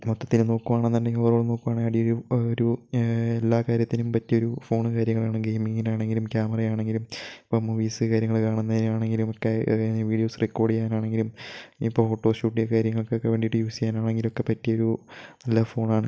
മൊത്തത്തിൽ നോക്കുകയാണെന്നുണ്ടെങ്കിൽ അടി ഒരു എല്ലാകാര്യത്തിലും പറ്റിയൊരു ഫോൺ കാര്യങ്ങളാണ് ഗെയിമിംങിനാണെങ്കിലും ക്യാമറയാണെങ്കിലും ഇപ്പം മൂവീസ് കാര്യങ്ങളൊക്കെ കാണുന്നതിനാണെങ്കിലും ഒക്കെ ഏതെങ്കിലും വിഡീയോസ് റെക്കോര്ഡ് ചെയ്യാനാണെങ്കിലും ഇപ്പം ഫോട്ടോഷൂട്ടിലെ കാര്യങ്ങള്ക്ക് ഒക്കെ വേണ്ടിയിട്ട് യൂസ് ചെയ്യാനാണെങ്കിലും പറ്റിയൊരു നല്ല ഫോണാണ്